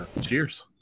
Cheers